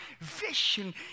Vision